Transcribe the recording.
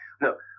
Look